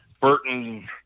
Burton